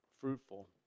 fruitful